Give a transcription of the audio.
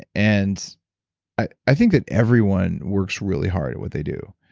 and i i think that everyone works really hard at what they do.